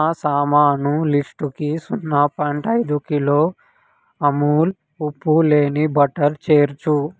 నా సామాను లిస్టుకి సున్నా పాయింట్ ఐదు కిలో అమూల్ ఉప్పు లేని బటర్ చేర్చు